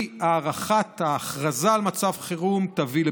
ואי-הארכת ההכרזה על מצב חירום תביא לביטולם.